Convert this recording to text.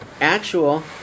actual